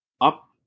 up